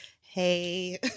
hey